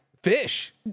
Fish